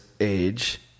age